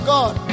God